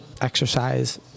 exercise